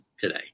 today